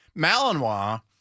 Malinois